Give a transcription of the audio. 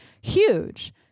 Huge